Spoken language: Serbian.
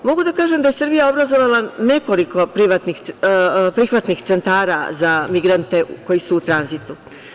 Mogu da kažem da je Srbija obrazovala nekoliko prihvatnih centara za migrante koji su u tranzitu.